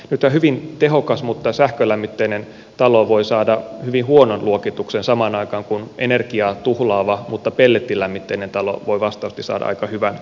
nythän hyvin tehokas mutta sähkölämmitteinen talo voi saada hyvin huonon luokituksen samaan aikaan kun energiaa tuhlaava mutta pellettilämmitteinen talo voi vastaavasti saada aika hyvän luokituksen